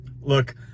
Look